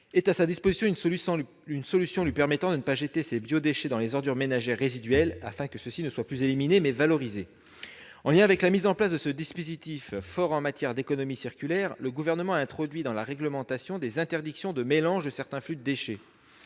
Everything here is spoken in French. ait à sa disposition une solution lui permettant de ne pas jeter ses biodéchets dans les ordures ménagères résiduelles, afin que ceux-ci ne soient plus éliminés, mais valorisés ». En lien avec la mise en place de ce dispositif fort, le Gouvernement a introduit dans la réglementation des interdictions de mélange de certains flux de déchets.